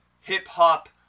hip-hop